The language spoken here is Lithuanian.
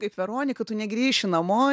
kaip veronika tu negrįši namo